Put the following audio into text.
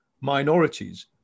minorities